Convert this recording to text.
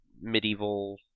medieval